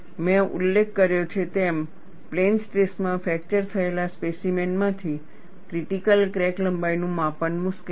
મેં ઉલ્લેખ કર્યો છે તેમ પ્લેન સ્ટ્રેસમાં ફ્રેક્ચર થયેલા સ્પેસીમેન માંથી ક્રિટીકલ ક્રેક લંબાઈનું માપન મુશ્કેલ છે